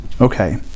Okay